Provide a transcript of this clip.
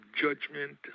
judgment